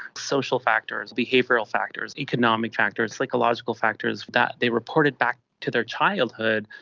social factors, behavioural factors, economic factors, psychological factors that they reported back to their childhood,